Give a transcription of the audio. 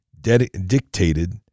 dictated